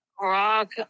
Rock